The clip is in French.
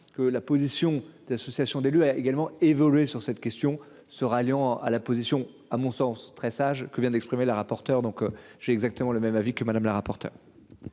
que la position des associations d'élus a également évolué sur cette question. Se ralliant à la position à mon sens très sage que vient d'exprimer la rapporteure donc j'ai exactement le même avis que Madame la rapporteure.